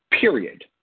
period